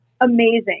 amazing